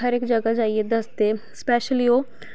हर इक जगह जाइये दसदे स्पैशली ओह्